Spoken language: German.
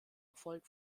erfolg